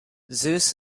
zeus